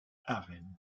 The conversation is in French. harem